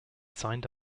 signed